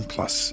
Plus